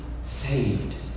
saved